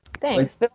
Thanks